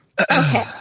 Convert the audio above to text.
Okay